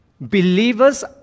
Believers